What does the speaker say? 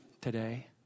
today